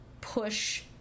push –